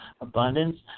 abundance